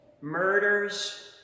Murders